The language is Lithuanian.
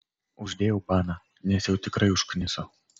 uždėjau baną nes jau tikrai užkniso